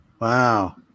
Wow